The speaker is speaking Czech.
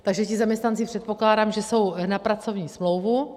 Takže ti zaměstnanci, předpokládám, že jsou na pracovní smlouvu.